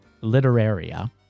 Literaria